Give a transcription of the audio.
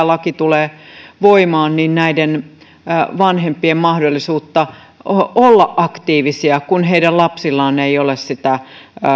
laki tulee voimaan näiden vanhempien mahdollisuutta olla aktiivisia kun heidän lapsillaan ei ole sitä